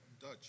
Dutch